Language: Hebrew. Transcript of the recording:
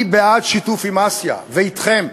אני בעד שיתוף עם אסיה ואתכם,